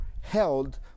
held